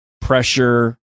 pressure